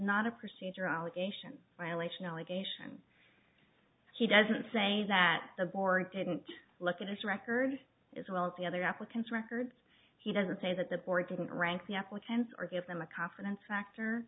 not a procedure allegation violation allegation he doesn't say that the board didn't look at his record as well as the other applicants records he doesn't say that the board didn't rank the applicants or give them a confidence factor